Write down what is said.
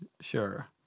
sure